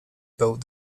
built